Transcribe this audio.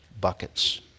buckets